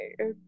okay